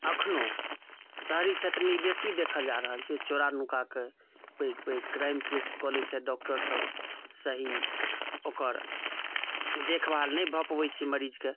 अखनो शहरी क्षेत्रमे ई बेसी देखल जा रहल छै चोरा नुका कऽ पैघ पैघ क्राइम केस कऽ लै छथि डॉक्टर सब सही ओकर देखभाल नहि भऽ पबै छै मरीज के